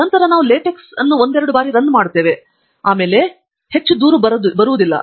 ನಂತರ ನಾವು ಲಾಟೆಕ್ಸ್ ಒಂದೆರಡು ಬಾರಿ ರನ್ ಮಾಡುತ್ತೇವೆ ಮತ್ತು ನಂತರ ನೀವು ಹೆಚ್ಚು ದೂರು ಇಲ್ಲ ಎಂದು ಈಗ ನೋಡಬಹುದು